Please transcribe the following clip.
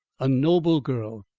a noble girl!